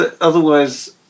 otherwise